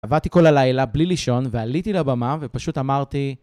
עבדתי כל הלילה בלי לישון, ועליתי לבמה ופשוט אמרתי...